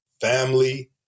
family